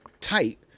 tight